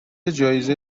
جایزه